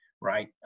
right